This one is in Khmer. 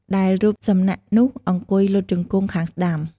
ដែលរូបសំណាក់នោះអង្គុយលុតជង្គង់ខាងស្តាំ។